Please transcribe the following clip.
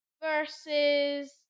versus